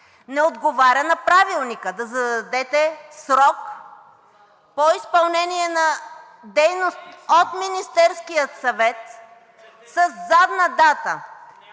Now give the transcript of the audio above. не отговаря на Правилника да зададете срок по изпълнение на дейност от Министерския съвет със задна дата.